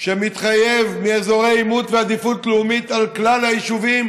שמתחייבים מאזורי עימות ועדיפות לאומית על כלל היישובים,